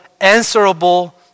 answerable